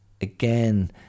again